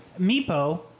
Meepo